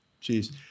Cheers